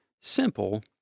simple